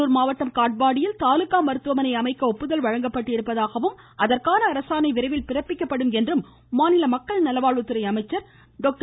வேலூர் மாவட்டம் காட்பாடியில் தாலுக்கா மருத்துவமனை அமைக்க ஒப்புதல் வழங்கப்பட்டிருப்பதாகவும் அதற்கான அரசாணை விரைவில் பிறப்பிக்கப்படும் என்றும் மாநில மக்கள் நல்வாழ்வுத்துறை அமைச்சர் டாக்டர்